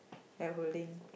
I holding